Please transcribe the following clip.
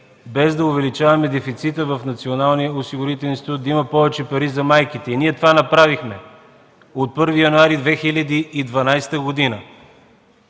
без да увеличаваме дефицита в Националния осигурителен институт и да има повече пари за майките. Ние това направихме от 1 януари 2012 г.